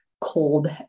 cold